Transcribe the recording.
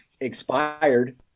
expired